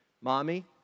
Mommy